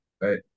Right